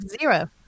zero